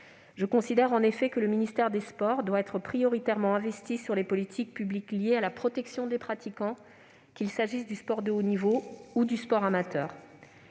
Je considère en effet que le ministère des sports doit s'investir prioritairement dans les politiques publiques liées à la protection des pratiquants, qu'il s'agisse du sport de haut niveau ou du sport amateur.